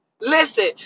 Listen